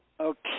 Okay